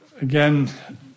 Again